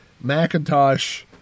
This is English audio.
Macintosh